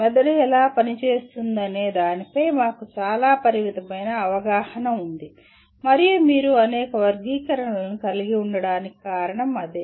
మెదడు ఎలా పనిచేస్తుందనే దానిపై మాకు చాలా పరిమితమైన అవగాహన ఉంది మరియు మీరు అనేక వర్గీకరణలను కలిగి ఉండటానికి కారణం అదే